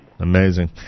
amazing